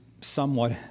somewhat